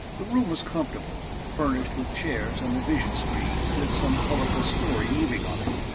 the room was comfortable, furnished with chairs and a vision-screen with some colorful story moving on it,